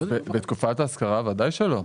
בתקופת ההשכרה ודאי שלא.